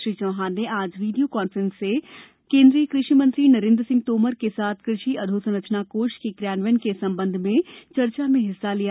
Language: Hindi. श्री चौहान ने आज वीडियो कान्फ्रेंस से केंद्रीय कृषि मंत्री नरेंद्र सिंह तोमर के साथ कृषि अधोसंरचना कोष के क्रियान्वयन के संबंध में विस्तृत चर्चा में हिस्सा लिया